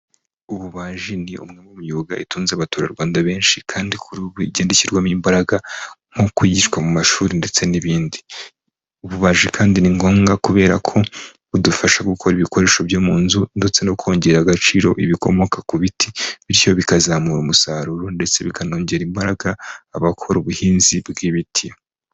Ububaji ni umwe mu myuga itunze abaturarwanda benshi kandi kuri ubu igenda ishyirwamo imbaraga nkuko yigishwa mu mashuri ndetse n'ibindi, ububaji kandi ni ngombwa kubera ko budufasha gukora ibikoresho byo mu nzu ndetse no kongerera agaciro ibikomoka ku biti bityo bikazamura umusaruro ndetse bikanongera imbaraga abakora ubuhinzi bw'ibiti.